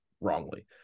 wrongly